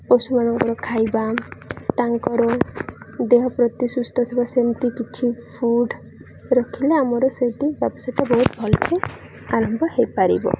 ପଶୁମାନଙ୍କର ଖାଇବା ତାଙ୍କର ଦେହ ପ୍ରତି ସୁସ୍ଥ ଥିବା ସେମିତି କିଛି ଫୁଡ଼ ରଖିଲେ ଆମର ସେଇଠି ବ୍ୟବସାୟଟା ବହୁତ ଭଲସେ ଆରମ୍ଭ ହେଇପାରିବ